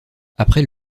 après